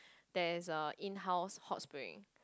there's a inhouse hot spring